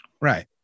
Right